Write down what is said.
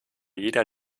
jeder